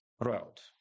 route